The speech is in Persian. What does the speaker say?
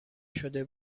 شده